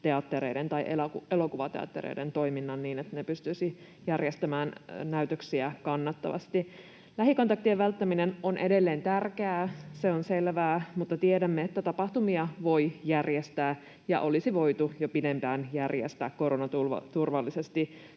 teattereiden tai elokuvateattereiden toiminnan, niin, että ne pystyisivät järjestämään näytöksiä kannattavasti. Lähikontaktien välttäminen on edelleen tärkeää, se on selvää, mutta tiedämme, että tapahtumia voi järjestää ja olisi voitu jo pidempään järjestää koronaturvallisesti